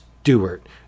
Stewart